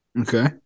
Okay